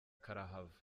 karahava